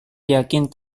yakin